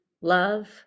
love